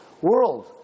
world